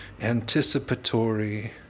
anticipatory